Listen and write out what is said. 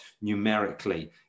numerically